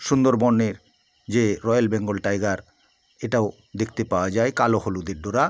সুন্দরবনের যে royal Bengal tiger এটাও দেখতে পাওয়া যায় কালো হলুদের ডোরা